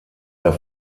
der